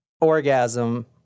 orgasm